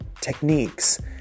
techniques